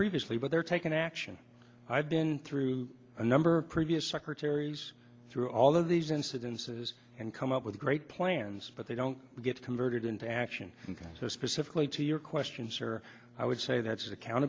previously but they're taking action i've been through a number of previous secretaries through all of these incidences and come up with great plans but they don't get converted into action and so specifically to your question sir i would say that's account